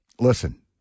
Listen